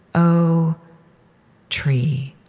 o tree